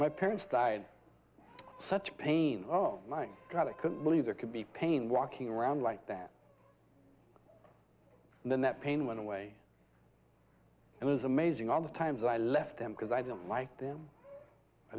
my parents died such pain oh my god i couldn't believe there could be pain walking around like that and then that pain went away it was amazing all the times i left them because i didn't like them i